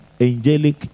angelic